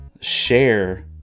share